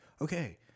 okay